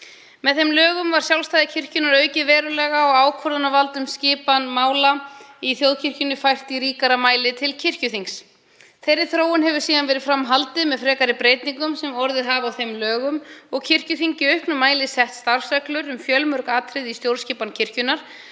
Með þeim lögum var sjálfstæði kirkjunnar aukið verulega og ákvörðunarvald um skipan mála í þjóðkirkjunni fært í ríkara mæli til kirkjuþings. Þeirri þróun hefur síðan verið fram haldið með frekari breytingum sem orðið hafa á þeim lögum og kirkjuþing hefur í auknum mæli sett starfsreglur um fjölmörg atriði í stjórnskipan kirkjunnar